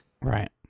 Right